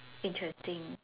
interesting